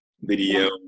video